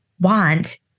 want